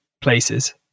places